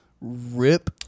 rip